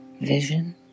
vision